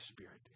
Spirit